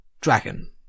dragon